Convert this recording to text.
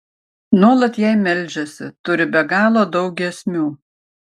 nuolat jai meldžiasi turi be galo daug giesmių